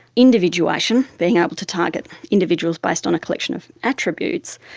individuation, being able to target individuals based on a collection of attributes,